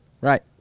Right